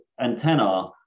antenna